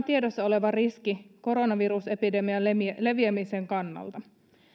tiedossa oleva riski koronavirusepidemian leviämisen kannalta